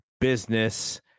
business